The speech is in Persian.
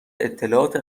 اطلاعات